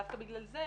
דווקא בגלל זה,